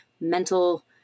mental